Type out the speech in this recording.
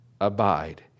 abide